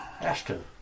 Ashton